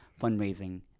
fundraising